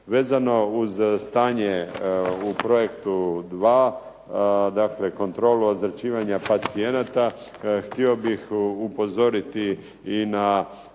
Vezano uz stanje u projektu 2. dakle Kontrolu ozračivanja pacijenata, htio bih upozoriti i na